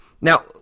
Now